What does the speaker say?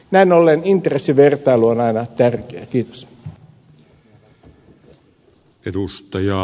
näin ollen intressivertailu on aina tärkeä